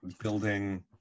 building